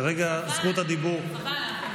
כרגע זכות הדיבור, למה?